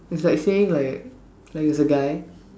is like saying like there is a guy